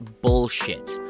bullshit